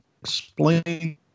explain